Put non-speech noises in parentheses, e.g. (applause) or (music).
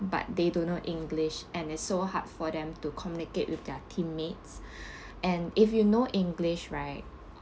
but they don't know english and it's so hard for them to communicate with their team mates (breath) and if you know english right